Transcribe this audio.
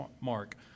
mark